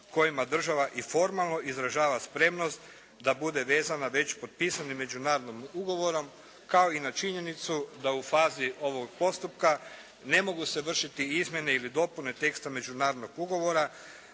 kojima država i formalno izražava spremnost da bude vezana već potpisanim međunarodnim ugovorom, kao i na činjenicu da u fazi ovog postupka ne mogu se vršiti izmjene ili dopune teksta međunarodnog ugovora.